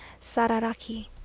sararaki